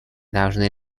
должны